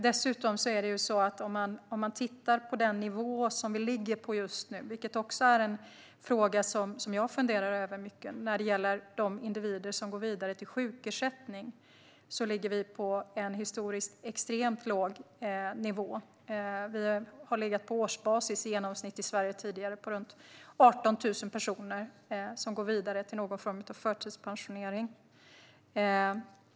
Det finns en fråga till som jag funderar mycket över, och det är att den nuvarande nivån för antalet individer som går vidare till sjukersättning ligger extremt lågt, historiskt sett. Tidigare har vi i Sverige legat på i genomsnitt runt 18 000 personer på årsbasis som går vidare till någon form av förtidspensionering.